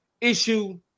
issue